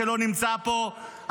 שלא נמצא פה,